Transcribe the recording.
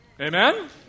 Amen